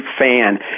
fan